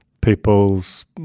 people's